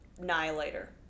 annihilator